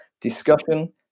discussion